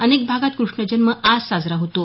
अनेक भागात कृष्णजन्म आज साजरा होतो